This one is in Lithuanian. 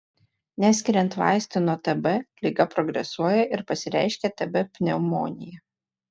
neskiriant vaistų nuo tb liga progresuoja ir pasireiškia tb pneumonija